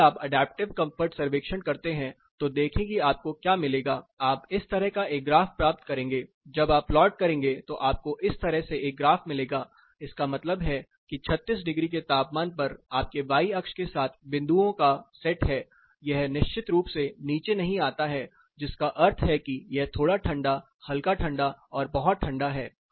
जब भी आप अडैप्टिव कंफर्ट सर्वेक्षण करते हैं तो देखें कि आपको क्या मिलेगा आप इस तरह का एक ग्राफ प्राप्त करेंगे जब आप प्लॉट करेंगे तो आपको इस तरह से एक ग्राफ मिलेगा इसका मतलब है कि 36 डिग्री के तापमान पर आपके वाई अक्ष के साथ बिंदुओं का सेट है यह निश्चित रूप से नीचे नहीं आता है जिसका अर्थ है कि यह थोड़ा ठंडा हल्का ठंडा और बहुत ठंडा है